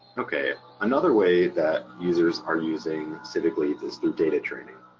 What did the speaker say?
okay another way that users are using civicleads is through data training.